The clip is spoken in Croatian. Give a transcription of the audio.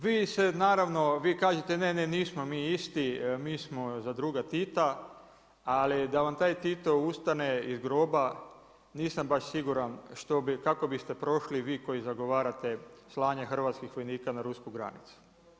Vi se naravno, vi kažete ne, ne, nismo mi isti, mi smo za druga Tita ali da vam taj Tito ustane iz groba nisam baš siguran kako biste prošli vi koji zagovarate slanje hrvatskih vojnika na rusku granicu.